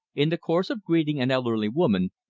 in the course of greeting an elderly woman,